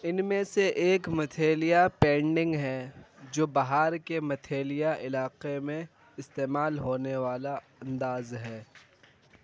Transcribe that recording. ان میں سے ایک متھیلیا پینڈنگ ہے جو بہار کے متھیلیا علاقے میں استعمال ہونے والا انداز ہے